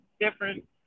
different